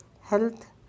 health